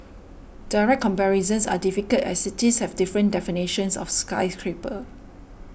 direct comparisons are difficult as cities have different definitions of skyscraper